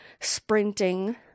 sprinting